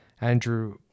Andrew